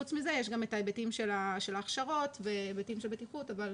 חוץ מזה יש את ההיבטים של ההכשרות, של בטיחות, אבל